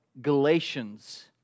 Galatians